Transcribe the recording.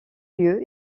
lieu